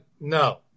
No